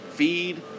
feed